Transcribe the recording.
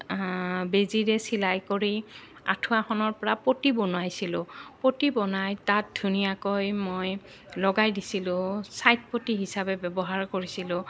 বেজিৰে চিলাই কৰি আঁঠুৱাখনৰ পৰা পটি বনাইছিলোঁ পটি বনাই তাত ধুনীয়াকৈ মই লগাই দিছিলোঁ ছাইড পটি হিচাপে ব্যৱহাৰ কৰিছিলোঁ